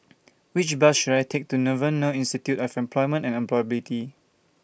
Which Bus should I Take to Devan Nair Institute of Employment and Employability